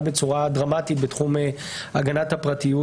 בצורה דרמטית בתחום הגנת הפרטיות.